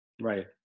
Right